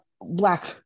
black